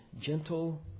gentle